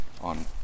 on